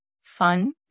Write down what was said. fun